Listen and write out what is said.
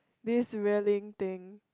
this railing thing